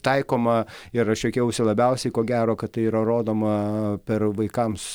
taikoma ir aš juokiausi labiausiai ko gero kad tai yra rodoma per vaikams